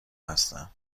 هستم